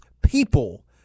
people